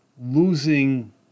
losing